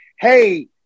hey